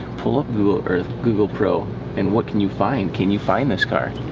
pull up google earth, google pro and what can you find? can you find this car?